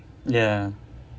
ya